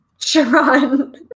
Sharon